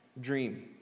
Dream